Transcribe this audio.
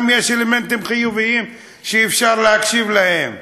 גם יש אלמנטים חיוביים שאפשר להקשיב להם.